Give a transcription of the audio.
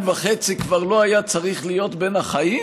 וחצי כבר לא היה צריך להיות בין החיים,